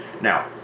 Now